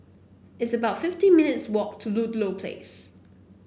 it's about fifty minutes' walk to Ludlow Place